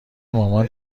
مامان